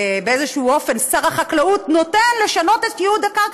באיזשהו אופן שר החקלאות נותן לשנות את ייעוד הקרקע